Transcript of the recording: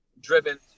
driven